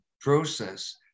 process